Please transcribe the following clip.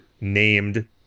named